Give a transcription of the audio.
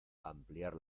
ampliar